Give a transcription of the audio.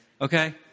okay